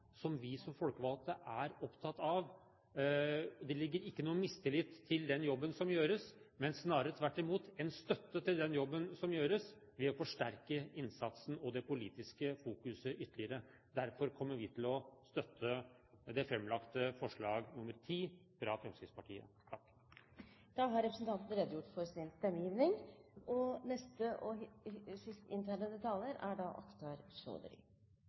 som vi som folkevalgte er opptatt av. Det ligger ikke noen mistillit til den jobben som gjøres, men snarere tvert imot en støtte til den jobben som gjøres, ved å forsterke innsatsen og det politiske fokuset ytterligere. Derfor kommer vi til å støtte det framlagte forslag nr. 10, fra Fremskrittspartiet. Det er slik at de innsattes sanksjoner og